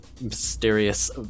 mysterious